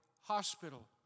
hospital